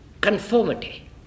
conformity